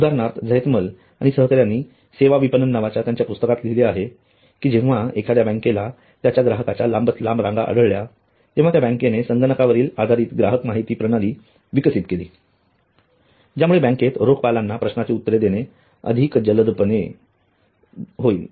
उदाहरणार्थ झैथमल आणि सहकाऱ्यांनी सेवा विपणन नावाच्या त्यांच्या पुस्तकात लिहिले आहे की जेव्हा एखाद्या बँकेला त्याच्या ग्राहकांच्या लांब रांगा आढळल्या तेव्हा त्या बँकेने संगणकावर आधारित ग्राहक माहिती प्रणाली विकसित केली ज्यामुळे बँकेत रोखपालांना प्रश्नांची उत्तरे अधिक जलदपणे देता येतील